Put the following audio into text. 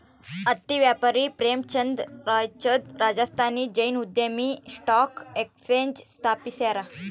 ಹತ್ತಿ ವ್ಯಾಪಾರಿ ಪ್ರೇಮಚಂದ್ ರಾಯ್ಚಂದ್ ರಾಜಸ್ಥಾನಿ ಜೈನ್ ಉದ್ಯಮಿ ಸ್ಟಾಕ್ ಎಕ್ಸ್ಚೇಂಜ್ ಸ್ಥಾಪಿಸ್ಯಾರ